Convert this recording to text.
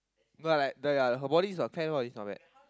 no I like the yeah her body is on tan it's not bad